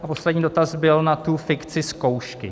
A poslední dotaz byl na tu fikci zkoušky.